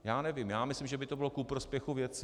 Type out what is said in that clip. Já nevím, já myslím, že by to bylo ku prospěchu věci.